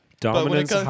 Dominance